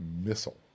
missile